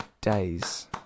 days